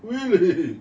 really